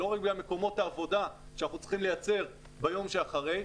לא רק בגלל מקומות העבודה שאנחנו צריכים לייצר ביום שאחרי,